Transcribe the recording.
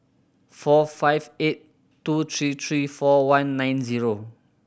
four five eight two three three four one nine zero